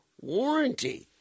warranty